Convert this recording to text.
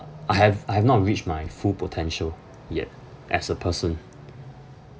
I have I have not reached my full potential yet as a person